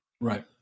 Right